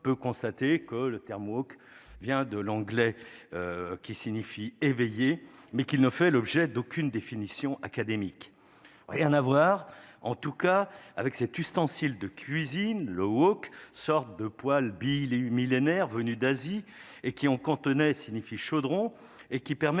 constater que le terme woke, vient de l'anglais, qui signifie éveillé mais qu'il ne fait l'objet d'aucune définition académique, rien à voir en tout cas avec cet ustensile de cuisine le Walk, sorte de poil Bill et eu millénaire venus d'Asie et qui ont cantonnais signifie chaudron et qui permet